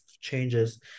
changes